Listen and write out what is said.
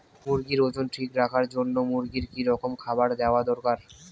মুরগির ওজন ঠিক রাখবার জইন্যে মূর্গিক কি রকম খাবার দেওয়া দরকার?